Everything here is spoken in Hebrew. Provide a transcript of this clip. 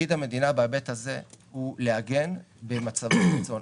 תפקיד המדינה בהיבט הזה הוא לעגן במצבי קיצון.